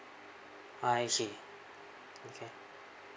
I see okay